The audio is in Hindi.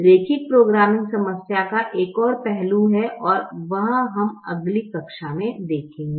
रैखिक प्रोग्रामिंग समस्या का एक और पहलू है और वह हम अगली कक्षा में देखेंगे